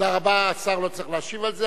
אדוני כבוד השר,